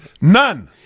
None